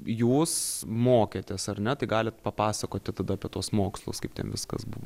jūs mokėtės ar ne tai galit papasakoti tada apie tuos mokslus kaip ten viskas buvo